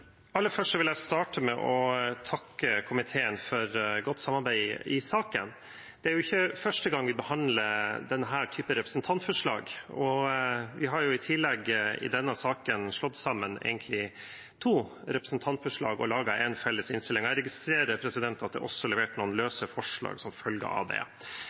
Aller først vil jeg starte med å takke komiteen for godt samarbeid i saken. Det er ikke første gang vi behandler denne typen representantforslag, og vi har i tillegg i denne saken egentlig slått sammen to representantforslag og laget en felles innstilling. Jeg registrerer at det også er levert noen løse forslag som følge av det.